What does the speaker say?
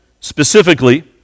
Specifically